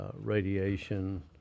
radiation